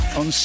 on